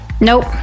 nope